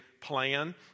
plan